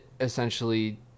essentially